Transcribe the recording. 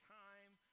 time